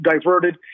diverted